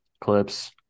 Clips